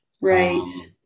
Right